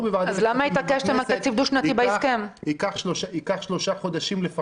בוועדת הכספים ובכנסת -- אז למה התעקשתם על תקציב דו-שנתי בהסכם?